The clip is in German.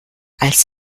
als